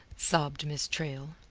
sobbed miss traill.